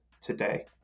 today